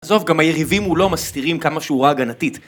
עזוב, גם היריבים מולו מסתירים כמה שהוא ראה הגנתית